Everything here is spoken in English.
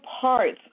parts